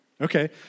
Okay